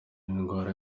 indwara